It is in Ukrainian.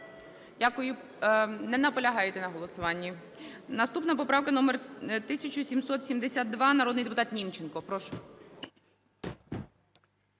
Дякую. Не наполягаєте на голосуванні? Наступна поправка номер 1772, народний депутат Німченко. Прошу.